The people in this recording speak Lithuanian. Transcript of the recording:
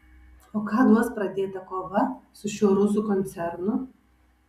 o ką duos pradėta kova su šiuo rusų koncernu